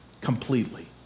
completely